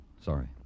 Sorry